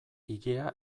ilea